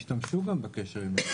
השתמשו גם בקשר עם הבוחר.